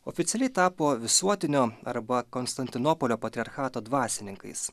oficialiai tapo visuotinio arba konstantinopolio patriarchato dvasininkais